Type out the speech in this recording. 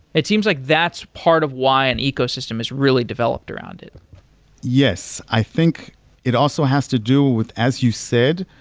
it seems like that's part of why an ecosystem is really developed around it yes. i think it also has to do with as you said,